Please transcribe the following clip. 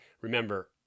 remember